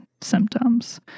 symptoms